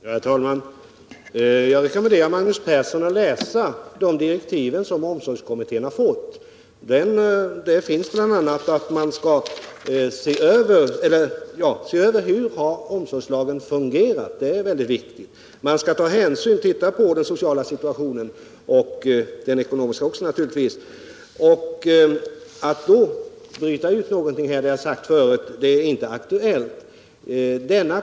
Herr talman! Jag rekommenderar Magnus Persson att läsa de direktiv som omsorgskommittén har fått. Där står bl.a. att kommittén skall se över hur omsorgslagen har fungerat. Den skall därvid granska den sociala och den ekonomiska situationen. Att nu bryta ut någon detalj av frågan är därför inte aktuellt.